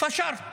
(אומר בערבית)